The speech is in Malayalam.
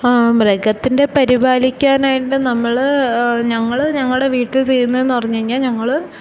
മൃഗത്തിൻ്റെ പരിപാലിക്കാനായിട്ട് നമ്മള് ഞങ്ങള് ഞങ്ങളുടെ വീട്ടിൽ ചെയ്യുന്നതെന്ന് പറഞ്ഞുകഴിഞ്ഞാല് ഞങ്ങള്